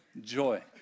joy